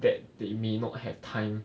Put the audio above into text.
that that you may not have time